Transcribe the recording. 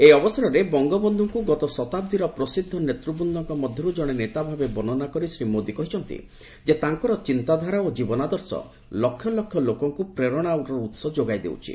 ଏହି ଅବସରରେ ବଙ୍ଗବନ୍ଧୁଙ୍କୁ ଗତ ଶତାବ୍ଦୀର ପ୍ରସିଦ୍ଧ ନେତୃବୃନ୍ଦଙ୍କ ମଧ୍ୟରୁ ଜଣେ ନେତାଭାବେ ବର୍ଷ୍ଣନା କରି ଶ୍ରୀ ମୋଦୀ କହିଛନ୍ତି ଯେ ତାଙ୍କର ଚିନ୍ତାଧାରା ଓ ଜୀବନାଦର୍ଶ ଲକ୍ଷ ଲୋକଙ୍କୁ ପ୍ରେରଣା ଉସ ଯୋଗାଇ ଦେଉଛି